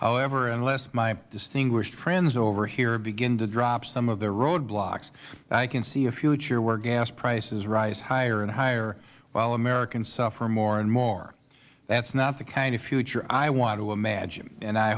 however unless my distinguished friends over here begin to drop some of the roadblocks i can see a future where gas prices rise higher and higher while americans suffer more and more that is not the kind of future i want to imagine and i